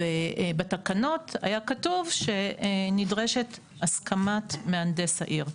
בתקנות היה כתוב שנדרשת הסכמת מהנדס העיר.